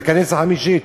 זו הכנסת החמישית,